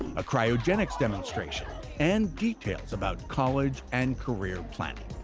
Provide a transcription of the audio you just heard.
a cryogenics demonstration and details about college and career planning.